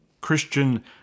Christian